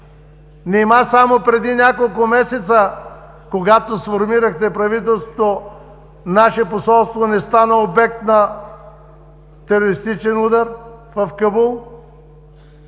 Нима само преди няколко месеца, когато сформирахте правителството, наше посолство не стана обект на терористичен удар в Кабул?